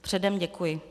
Předem děkuji.